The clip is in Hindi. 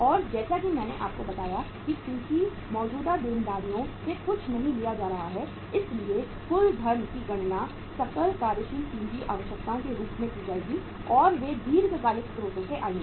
और जैसा कि मैंने आपको बताया कि चूंकि मौजूदा देनदारियों से कुछ नहीं लिया जा रहा है इसलिए कुल धन की गणना सकल कार्यशील पूंजी आवश्यकताओं के रूप में की जाएगी और वे दीर्घकालिक स्रोतों से आएंगे